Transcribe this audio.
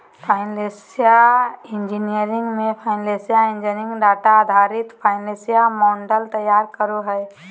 financial engineering मे financial engineer data आधारित financial models तैयार करो हय